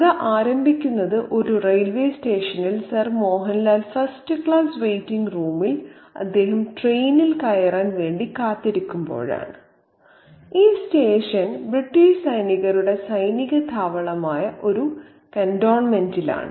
കഥ ആരംഭിക്കുന്നത് ഒരു റെയിൽവേ സ്റ്റേഷനിൽ sir Mohanlal first class waiting റൂമിൽ അദ്ദേഹം ട്രെയിനിൽ കയറാൻ വേണ്ടി കാത്തിരിക്കുമ്പോഴാണ് ഈ സ്റ്റേഷൻ ബ്രിട്ടീഷ് സൈനികരുടെ സൈനിക താവളമായ ഒരു കന്റോൺമെന്റിലാണ്